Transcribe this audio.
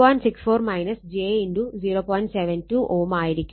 72 Ω ആയിരിക്കും